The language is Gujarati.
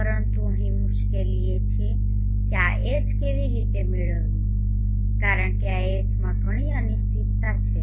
પરંતુ અહીં મુશ્કેલી એ છે કે આ H કેવી રીતે મેળવવી કારણ કે આ H માં ઘણી અનિશ્ચિતતાઓ છે